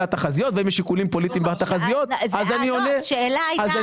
התחזיות ואם יש שיקולים פוליטיים בתחזיות אז אני עונה שאין.